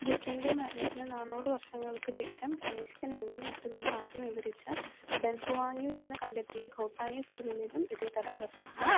ബുദ്ധൻ്റെ മരണത്തിന് നാന്നൂറ് വർഷങ്ങൾക്ക് ശേഷം കനിഷ്കൻ എങ്ങനെ എത്തുമെന്ന് ആദ്യം വിവരിച്ച ഡൻഹുവാങ്ങിൽ നിന്ന് കണ്ടെത്തിയ ഖോട്ടാനീസ് ചുരുളിലും ഇതേ കഥ ആവർത്തിക്കുന്നു